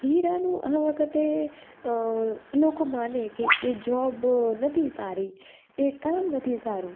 હીરાનું આ વખતે લોકો માને કે એ જોબ નથી સારી એ કામ નથી સારું